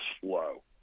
slow